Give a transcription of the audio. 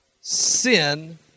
Sin